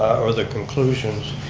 or the conclusions,